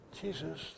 Jesus